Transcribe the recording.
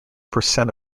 percent